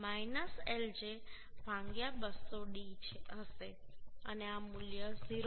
075 lj 200d હશે અને આ મૂલ્ય 0